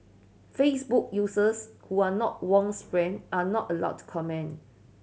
facebook users who are not Wong's friends are not allowed to comment